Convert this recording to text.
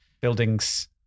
buildings